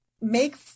make